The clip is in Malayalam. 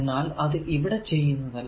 എന്നാൽ അത് ഇവിടെ ചെയ്യുന്നതല്ല